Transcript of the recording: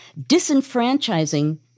disenfranchising